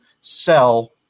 sell